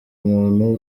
umuntu